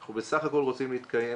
אנחנו בסך הכול רוצים להתקיים,